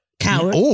Coward